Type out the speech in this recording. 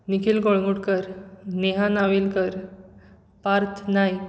Nikhil Calangutkar Neha Navelkar Parth Naik